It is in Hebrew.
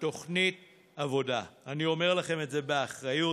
עדיין בבידוד,